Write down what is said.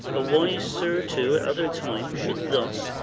a wise sir, too, at other times, should thus,